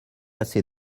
assez